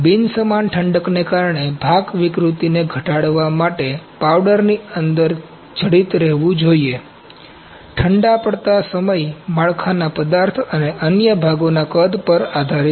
બિન સમાન ઠંડકને કારણે ભાગ વિકૃતિને ઘટાડવા માટે પાવડરની અંદર જડિત રહેવું જોઈએ ઠંડા પડતા સમય માળખા પદાર્થ અને અન્ય ભાગોના કદ પર આધારિત છે